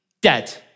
dead